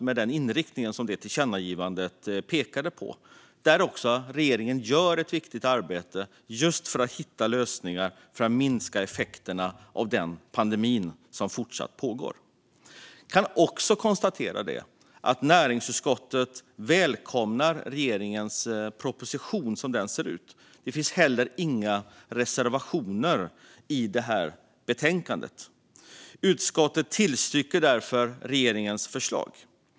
Regeringen gör också ett viktigt arbete för att hitta lösningar för att minska effekterna av den pandemi som fortsätter att pågå. Jag kan konstatera att näringsutskottet välkomnar regeringens proposition. Det finns inte heller några reservationer i betänkandet. Utskottet tillstyrker därför regeringens förslag.